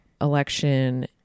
election